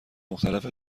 مختلف